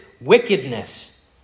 wickedness